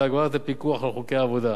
והגברת הפיקוח על חוקי עבודה.